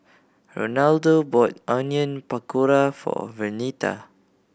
Ronaldo bought Onion Pakora for Vernita